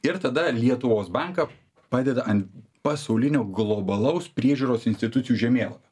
ir tada lietuvos banką padeda ant pasaulinio globalaus priežiūros institucijų žemėlapio